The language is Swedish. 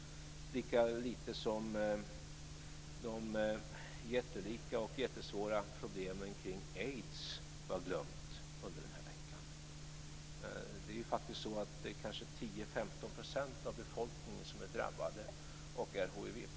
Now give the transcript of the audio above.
Lika lite som de jättelika och jättesvåra problemen kring aids var glömda under den här veckan. Det är ju faktiskt 10-15 % av befolkningen som är drabbade och är hiv-positiva.